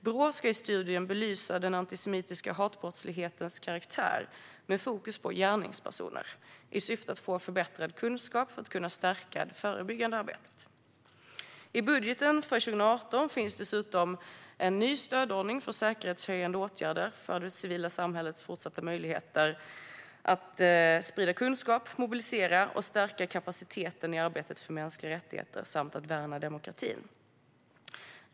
Brå ska i studien belysa den antisemitiska hatbrottslighetens karaktär, med fokus på gärningspersoner, i syfte att få förbättrad kunskap för att kunna stärka det förebyggande arbetet. I budgeten för 2018 finns dessutom en ny stödordning för säkerhetshöjande åtgärder för det civila samhällets möjligheter att även i fortsättningen sprida kunskap, mobilisera och stärka kapaciteten i arbetet för mänskliga rättigheter samt värna demokratin.